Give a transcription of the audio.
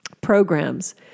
programs